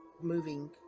moving